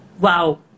Wow